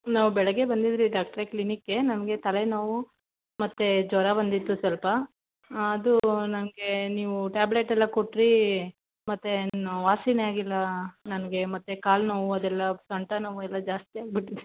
ನಾವು ಬೆಳಗ್ಗೆ ಬಂದಿದ್ವಿ ಡಾಕ್ಟ್ರೆ ಕ್ಲಿನಿಕ್ಗೆ ನಮಗೆ ತಲೆನೋವು ಮತ್ತು ಜ್ವರ ಬಂದಿತ್ತು ಸ್ವಲ್ಪ ಹಾಂ ಅದು ನನಗೆ ನೀವು ಟ್ಯಾಬ್ಲೆಟ್ ಎಲ್ಲ ಕೊಟ್ಟಿರಿ ಮತ್ತೆ ವಾಸಿನೇ ಆಗಿಲ್ಲ ನನಗೆ ಮತ್ತು ಕಾಲು ನೋವು ಅದೆಲ್ಲ ಸೊಂಟ ನೋವು ಎಲ್ಲ ಜಾಸ್ತಿ ಆಗಿಬಿಟ್ಟಿದೆ